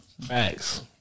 Facts